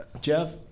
Jeff